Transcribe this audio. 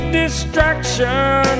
distraction